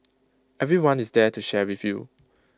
everyone is there to share with you